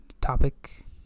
topic